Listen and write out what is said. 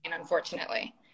unfortunately